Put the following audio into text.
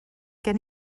gen